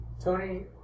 Tony